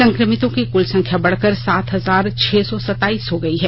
संकमितों की कुल संख्या बढ़कर सात हजार छह सौ सत्ताईस हो गयी है